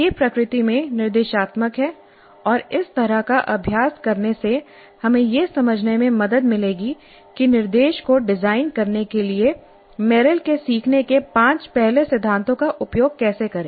यह प्रकृति में निर्देशात्मक है और इस तरह का अभ्यास करने से हमें यह समझने में मदद मिलेगी कि निर्देश को डिजाइन करने के लिए मेरिल के सीखने के पांच पहले सिद्धांतों का उपयोग कैसे करें